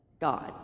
God